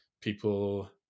people